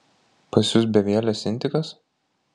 pas jus bevielis intikas